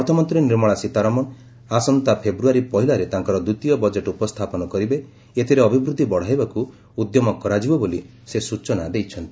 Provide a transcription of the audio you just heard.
ଅର୍ଥମନ୍ତ୍ରୀ ନିର୍ମଳା ସୀତାରମଣ ଆସନ୍ତା ଫେବୃୟାରୀ ପହିଲାରେ ତାଙ୍କର ଦ୍ୱିତୀୟ ବଜେଟ୍ ଉପସ୍ଥାପନ କରିବେ ଏଥିରେ ଅଭିବୃଦ୍ଧି ବଢ଼ାଇବାକୁ ଉଦ୍ୟମ କରାଯିବ ବୋଲି ସେ ସୂଚନା ଦେଇଛନ୍ତି